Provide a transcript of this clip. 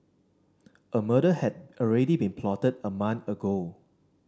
a murder had already been plotted a month ago